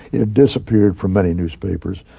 it disappeared from many newspapers.